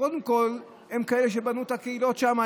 קודם כול, הם כאלה שבנו את הקהילות שם.